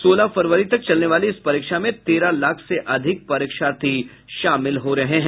सोलह फरवरी तक चलने वाली इस परीक्षा में तेरह लाख से अधिक परीक्षार्थी शामिल हो रहे हैं